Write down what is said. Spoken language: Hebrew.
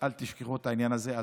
אל תשכחו את העניין הזה.